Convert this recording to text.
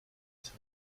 tar